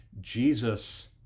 Jesus